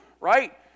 right